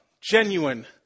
Genuine